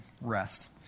rest